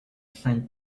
sand